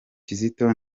kizito